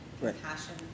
Compassion